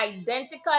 identical